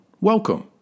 welcome